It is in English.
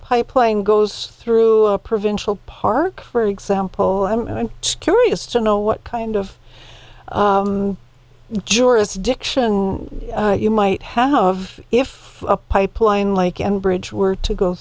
plane goes through a provincial park for example i'm curious to know what kind of jurisdiction you might have if a pipeline like and bridge were to go